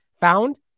found